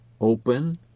open